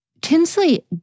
Tinsley